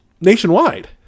nationwide